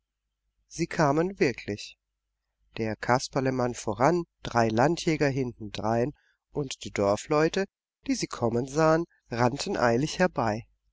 sie kamen wirklich der kasperlemann voran drei landjäger hintendrein und die dorfleute die sie kommen sahen rannten eilig herbei